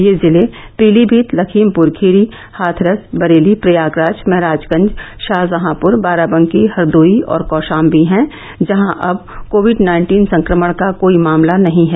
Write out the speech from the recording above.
ये जिले पीलीमीत लखीमपुरखीरी हाथरस बरेली प्रयागराज महाराजगंज शाहजहांपुर बाराबंकी हरदौई और कोशाम्बी हैं जहां अब कोविड नाइन्टीन संक्रमण का कोई मामला नहीं है